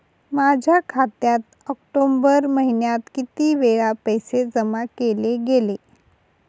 माझ्या खात्यात ऑक्टोबर महिन्यात किती वेळा पैसे जमा केले गेले?